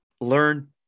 learn